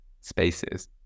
spaces